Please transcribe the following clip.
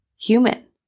human